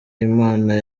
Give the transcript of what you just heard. imana